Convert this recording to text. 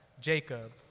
Jacob